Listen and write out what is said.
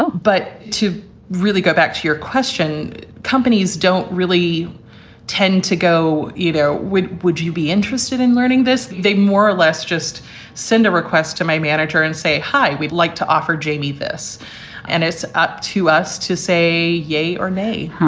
but to really go back to your question. companies don't really tend to go either. would would you be interested in learning this? they more or less just send a request to my manager and say hi. we'd like to offer jamie this and it's up to us to say yay or nay,